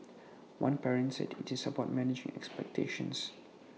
one parent said IT is about managing expectations